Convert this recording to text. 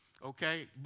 okay